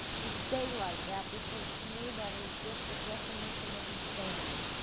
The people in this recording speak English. to daylight that because to me that is just the definition of insanity.